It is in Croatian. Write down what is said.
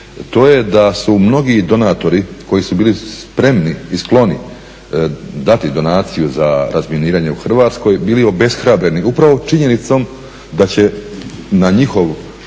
to je da su mnogi donatori koji su bili spremni i skloni dati donaciju za razminiranje u Hrvatskoj bili obeshrabljeni upravo činjenicom da će na njihovu